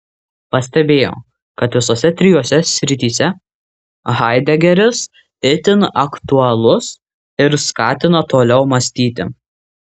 pastebėjau kad visose trijose srityse haidegeris itin aktualus ir skatina toliau mąstyti